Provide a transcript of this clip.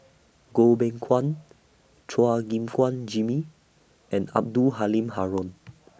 Goh Beng Kwan Chua Gim Guan Jimmy and Abdul Halim Haron